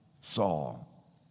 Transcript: Saul